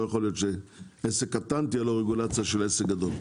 כי לא יכול להיות שעסק קטן תהיה לו רגולציה של עסק גדול.